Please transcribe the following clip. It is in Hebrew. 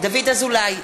דוד אזולאי,